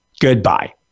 Goodbye